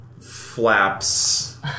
flaps